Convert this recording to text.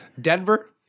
Denver